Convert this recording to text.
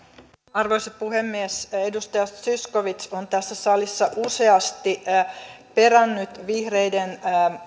arvoisa puhemies edustaja zyskowicz on tässä salissa useasti perännyt vihreiden